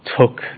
took